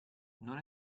non